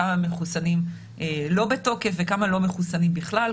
כמה מחוסנים לא בתוקף וכמה לא מחוסנים בכלל,